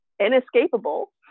inescapable